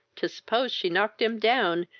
tis supposed she knocked him down,